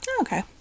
Okay